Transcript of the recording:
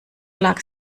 lag